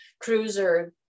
cruiser